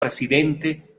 presidente